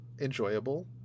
Enjoyable